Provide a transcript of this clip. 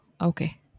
okay